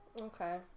Okay